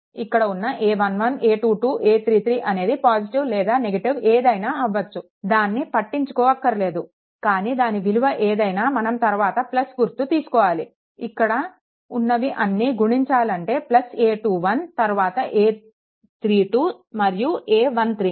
ఇక్కడ ఉన్న a11a22a33 అనేది పాజిటివ్ లేదా నెగెటివ్ ఏదైనా అవ్వచ్చు దాన్ని పట్టించుకోవక్కర్లేదు కానీ దాని విలువ ఏదైనా మనం తరువాత గుర్తు తీసుకోవాలి ఇక్కడ ఉన్నవి అన్నీ గుణించాలి అంటే a21 తరువాత a32 మరియు a13